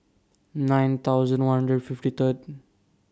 nine thousand one hundred fifty Third